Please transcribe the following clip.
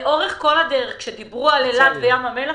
לאורך כל הדרך כאשר דיברו על אילת וים המלח,